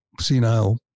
senile